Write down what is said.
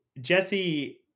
Jesse